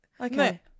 Okay